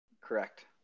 Correct